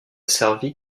servi